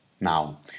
Now